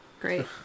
Great